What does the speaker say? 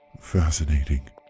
fascinating